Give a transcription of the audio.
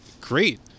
great